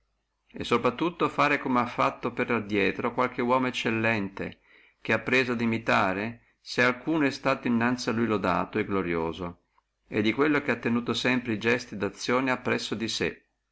e sopra tutto fare come ha fatto per ladrieto qualche uomo eccellente che ha preso ad imitare se alcuno innanzi a lui è stato laudato e gloriato e di quello ha tenuto sempre e gesti et azioni appresso di sé